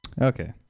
Okay